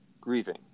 grieving